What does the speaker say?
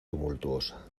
tumultuosa